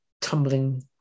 tumbling